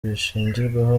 bishingirwaho